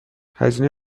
هزینه